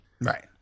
Right